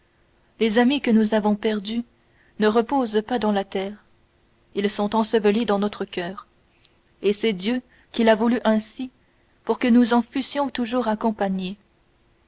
les amis que nous avons perdus ne reposent pas dans la terre ils sont ensevelis dans notre coeur et c'est dieu qui l'a voulu ainsi pour que nous en fussions toujours accompagnés